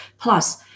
Plus